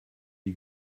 die